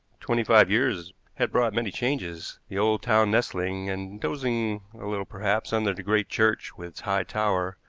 twenty-five years had brought many changes. the old town nestling, and dozing a little perhaps, under the great church with its high tower,